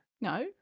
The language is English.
No